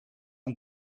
aan